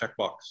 checkbox